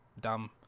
Dumb